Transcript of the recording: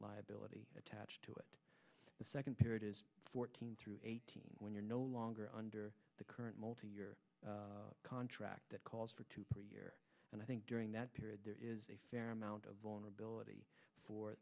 liability attached to it the second period is fourteen through eighteen when you're no longer under the current multi year contract that calls for two per year and i think during that period there is a fair amount of vulnerability